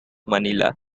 manila